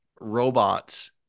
robots